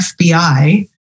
FBI